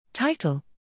Title